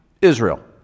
Israel